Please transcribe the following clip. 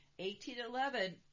1811